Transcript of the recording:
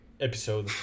episode